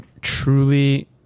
truly